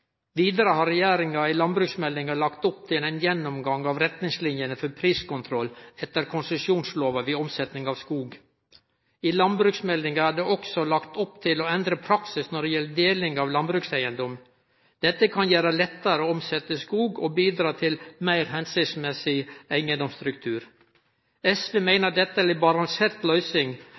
Vidare har regjeringa i landbruksmeldinga lagt opp til ein gjennomgang av retningslinene for priskontroll etter konsesjonslova ved omsetjing av skog. I landbruksmeldinga er det også lagt opp til å endre praksis når det gjeld deling av landbrukseigedom. Dette kan gjere det lettare å omsetje skog og bidra til meir hensiktsmessig eigedomsstruktur. SV meiner dette er ei balansert løysing der ein